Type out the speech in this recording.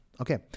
Okay